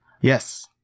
Yes